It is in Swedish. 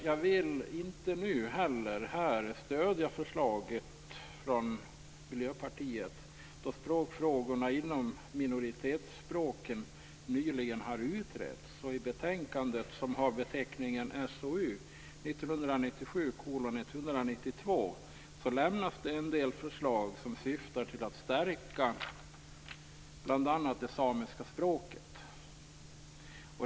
Jag vill inte stödja förslaget från Miljöpartiet, då språkfrågorna inom minoritetsspråken nyligen har utretts. I betänkandet, som har beteckningen SoU1997:192, lämnas en del förslag som syftar till att stärka bl.a. det samiska språket.